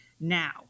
now